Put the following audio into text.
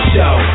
Show